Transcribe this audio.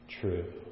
true